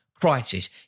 crisis